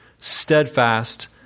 steadfast